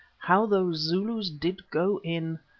how those zulus did go in.